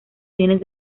bienes